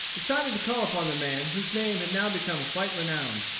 decided to call upon the man whose name had now become quite renowned.